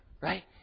Right